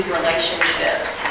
relationships